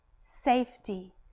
safety